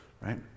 right